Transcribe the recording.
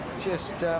just.